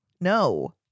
no